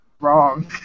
Wrong